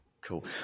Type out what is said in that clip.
Cool